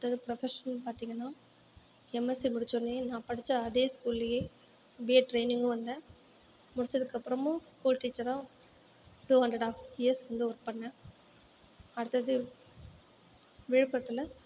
அடுத்தது ப்ரஃபஷனல் பார்த்திங்கன்னா எம்எஸ்சி முடித்தவொன்னேயே நான் படித்த அதே ஸ்கூலிலேயே பிஎட் ட்ரைனிங்கும் வந்தேன் முடித்ததுக்கு அப்புறமும் ஸ்கூல் டீச்சராக டூ அண்ட் ஆஃப் இயர்ஸ் வந்து ஒர்க் பண்ணேன் அடுத்தது விழுப்புரத்தில்